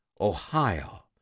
Ohio